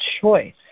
choice